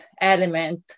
element